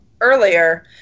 earlier